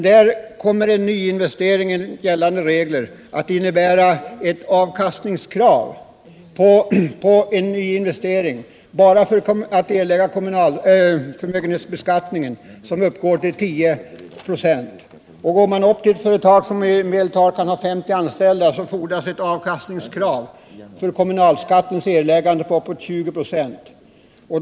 Där kommer en nyinvestering att enligt gällande regler innebära ett krav på 10-procentig avkastning bara för att kunna erlägga förmögenhetsskatten. Och för ett företag som i medeltal har 50 anställda blir avkastningskravet för kommunalskattens erläggande uppåt 20 26.